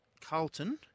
Carlton